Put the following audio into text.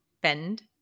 bend –